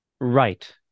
Right